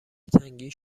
تنگی